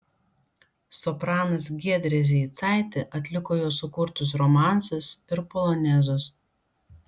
sopranas giedrė zeicaitė atliko jo sukurtus romansus ir polonezus